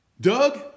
Doug